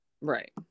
right